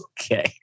Okay